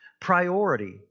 Priority